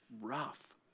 rough